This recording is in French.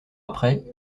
après